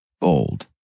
Bold